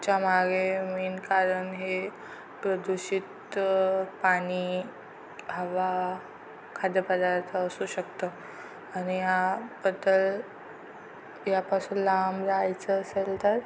च्या मागे मेन कारण हे प्रदूषित पाणी हवा खाद्यपदार्थ असू शकतं आणि याबद्दल यापासून लांब राहायचं असेल तर